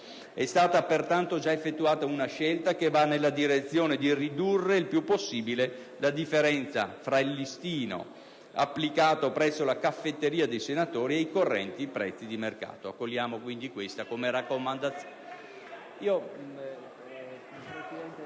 È stata, pertanto, già effettuata una scelta che va nella direzione di ridurre il più possibile la differenza tra il listino applicato presso la caffetteria dei senatori e i correnti prezzi di mercato. Accogliamo quindi come raccomandazione